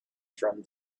from